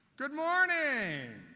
good morning.